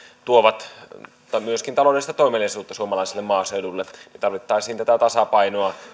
tuovat myöskin taloudellista toimeliaisuutta suomalaiselle maaseudulle tarvittaisiin tätä tasapainoa